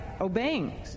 obeying